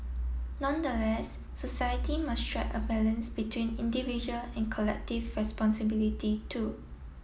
nonetheless society must strike a balance between individual and collective responsibility too